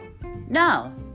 No